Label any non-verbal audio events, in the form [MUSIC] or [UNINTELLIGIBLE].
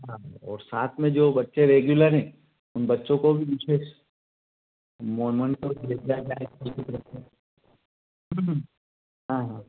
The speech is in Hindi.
हाँ और साथ में जो बच्चे रेग्युलर हैं उन बच्चों को भी बीच में स मोनुमेंट [UNINTELLIGIBLE] जाए [UNINTELLIGIBLE] हाँ हाँ